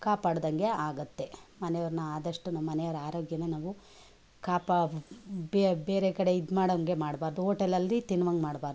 ಕಾಪಾಡಿದಂಗೆ ಆಗುತ್ತೆ ಮನೆಯವ್ರನ್ನ ಆದಷ್ಟು ನಮ್ಮ ಮನೆಯವ್ರ ಆರೋಗ್ಯನ ನಾವು ಕಾಪಾ ಬೇರೆ ಕಡೆ ಇದ್ಮಾಡೋವಂಗೆ ಮಾಡಬಾರ್ದು ಓಟೆಲಲ್ಲಿ ತಿನ್ನುವಂಗೆ ಮಾಡಬಾರ್ದು